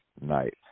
night